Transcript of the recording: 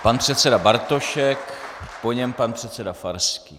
Pan předseda Bartošek, po něm pan předseda Farský.